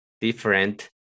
different